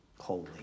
holy